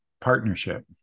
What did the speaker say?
partnership